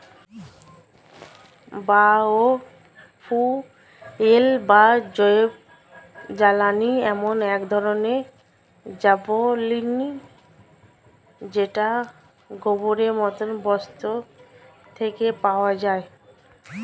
bio fuel বা জৈবজ্বালানী এমন এক ধরণের জ্বালানী যেটা গোবরের মতো বস্তু থেকে পাওয়া যায়